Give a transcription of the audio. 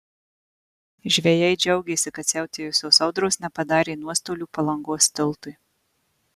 žvejai džiaugėsi kad siautėjusios audros nepadarė nuostolių palangos tiltui